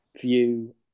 view